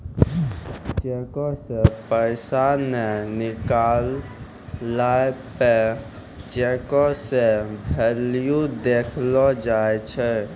चेको से पैसा नै निकलला पे चेको के भेल्यू देखलो जाय छै